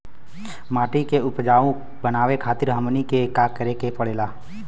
माटी के उपजाऊ बनावे खातिर हमनी के का करें के पढ़ेला?